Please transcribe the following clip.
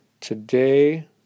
today